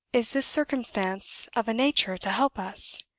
is this circumstance of a nature to help us?